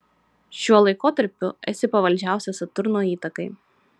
šiuo laikotarpiu esi pavaldžiausia saturno įtakai